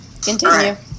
Continue